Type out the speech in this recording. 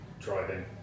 driving